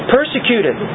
Persecuted